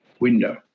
window